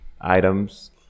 items